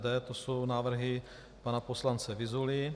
To jsou návrhy pana poslance Vyzuly.